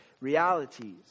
realities